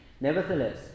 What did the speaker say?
Nevertheless